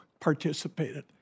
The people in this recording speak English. participated